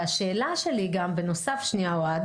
והשאלה שלי גם, בנוסף, אוהד